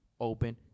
open